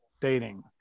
dating